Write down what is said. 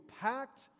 packed